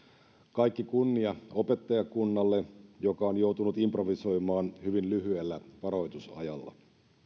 kaikki kunnia opettajakunnalle joka on joutunut improvisoimaan hyvin lyhyellä varoitusajalla